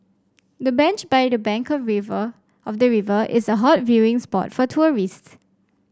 the bench by the bank the river of the river is a hot viewing spot for tourists